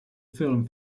film